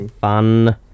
Fun